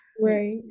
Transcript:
Right